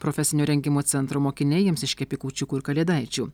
profesinio rengimo centro mokiniai jiems iškepė kūčiukų ir kalėdaičių